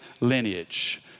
lineage